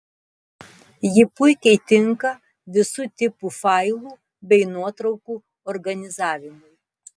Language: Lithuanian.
ji puikiai tinka visų tipų failų bei nuotraukų organizavimui